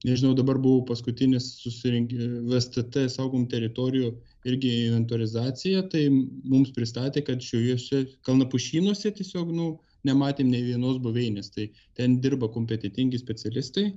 nežinau dabar buvo paskutinis susirink vest t t saugomų teritorijų irgi inventorizacija tai mums pristatė kad šioje kalnapušynuose tiesiog nu nematėm nė vienos buveinės tai ten dirba kompetentingi specialistai